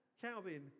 Calvin